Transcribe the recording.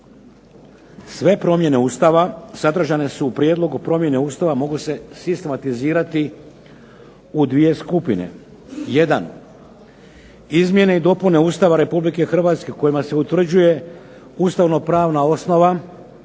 Sve promjene Ustava sadržane su u prijedlogu promjene Ustava, mogu se sistematizirati u 2 skupine. Jedan, izmjene i dopune Ustava RH kojima se utvrđuje ustavno pravna osnova